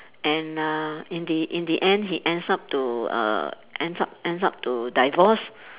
and uh in the in the end he ends up to uh ends up ends up to divorce